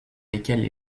lesquelles